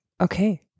okay